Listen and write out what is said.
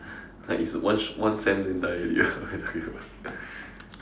like it's one one sem then die already ah